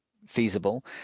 feasible